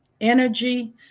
Energy